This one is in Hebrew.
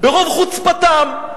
ברוב חוצפתם,